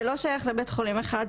זה לא שייך לבית חולים אחד,